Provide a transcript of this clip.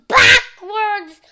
backwards